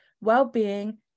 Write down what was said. well-being